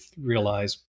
realize